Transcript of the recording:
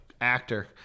actor